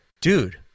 dude